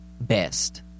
best